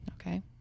Okay